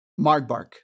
Margbark